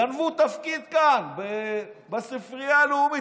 גנבו תפקיד כאן בספרייה הלאומית,